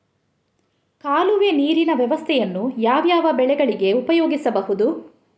ಕಾಲುವೆ ನೀರಿನ ವ್ಯವಸ್ಥೆಯನ್ನು ಯಾವ್ಯಾವ ಬೆಳೆಗಳಿಗೆ ಉಪಯೋಗಿಸಬಹುದು?